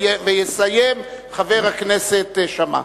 יסיים, חבר הכנסת שאמה.